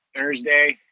thursday,